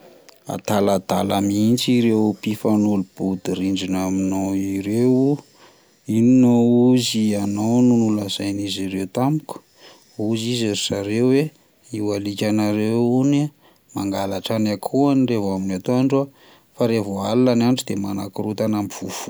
Adaladala mintsy ireo mpifanolo-bodirindrina aminao ireo, inona hoy izy ianao no nilazainy izy ireo tamiko hoy izy ry zareo hoe io alikanareo io hony mangalatra ny akohony revo amin'ny atoandro ah, fa revo alina ny andro de manakorotana mivovoha.